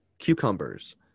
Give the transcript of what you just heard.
Cucumbers